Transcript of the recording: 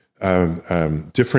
different